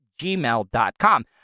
gmail.com